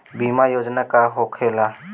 बीमा योजना का होखे ला?